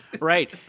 right